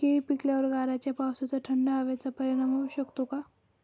केळी पिकावर गाराच्या पावसाचा, थंड हवेचा परिणाम होऊ शकतो का?